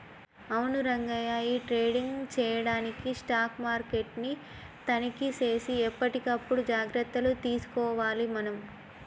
అవును రంగయ్య ఈ ట్రేడింగ్ చేయడానికి స్టాక్ మార్కెట్ ని తనిఖీ సేసి ఎప్పటికప్పుడు జాగ్రత్తలు తీసుకోవాలి మనం